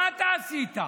מה אתה עשית?